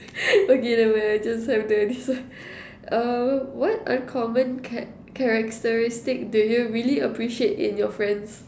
okay never mind I just have the this one err what uncommon characteristics do you really appreciate in your friends